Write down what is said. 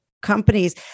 companies